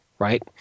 right